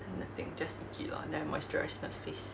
nothing just itchy lor never moisturise my face